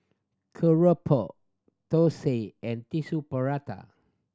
keropok thosai and Tissue Prata